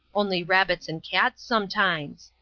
only rabbits and cats, sometimes.